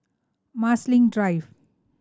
Marsiling Drive